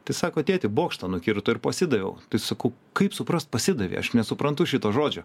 tai sako tėti bokštą nukirto ir pasidaviau tai sakau kaip suprast pasidavei aš nesuprantu šito žodžio